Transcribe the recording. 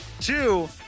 two